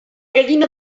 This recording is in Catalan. gallina